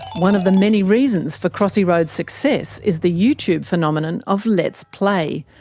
one of the many reasons for crossy road's success is the youtube phenomenon of let's play,